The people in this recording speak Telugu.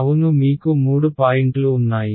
అవును మీకు మూడు పాయింట్లు ఉన్నాయి